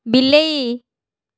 ବିଲେଇ